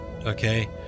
Okay